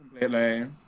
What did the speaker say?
completely